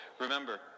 Remember